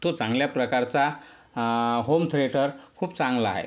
तो चांगल्या प्रकारचा होम थेटर खूप चांगला आहे